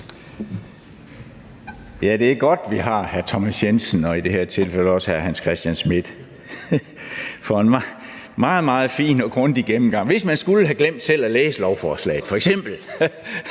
Det er godt, vi har hr. Thomas Jensen og i det her tilfælde også hr. Hans Christian Schmidt, for nogle meget, meget fine og grundige gennemgange. Hvis man f.eks. skulle have glemt selv at læse lovforslaget, kan